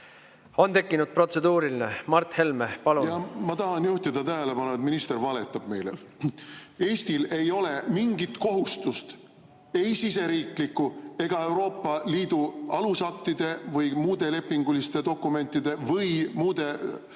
On tekkinud protseduuriline. Mart Helme, palun! Jah. Ma tahan juhtida tähelepanu, et minister valetab meile. Eestil ei ole mingit kohustust – ei siseriiklikku ega Euroopa Liidu alusaktide või muude lepinguliste dokumentide või muude